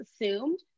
assumed